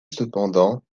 cependant